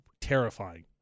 terrifying